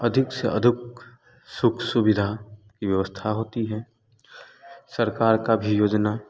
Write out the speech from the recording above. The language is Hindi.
अधिक से अधिक सुख सुविधा की व्यवस्था होती है सरकार का भी योजना